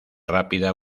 rápida